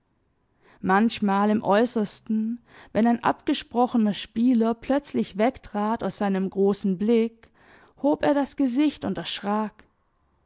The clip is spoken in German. manchmal im äußersten wenn ein abgesprochener spieler plötzlich wegtrat aus seinem großen blick hob er das gesicht und erschrak